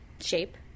shape